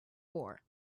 war